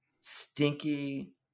stinky